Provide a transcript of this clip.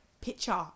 picture